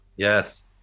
Yes